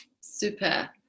super